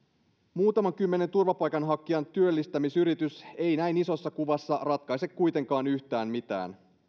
muutaman kymmenen turvapaikanhakijan työllistämisyritys ei näin isossa kuvassa ratkaise kuitenkaan yhtään mitään